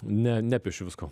ne nepiešiu visko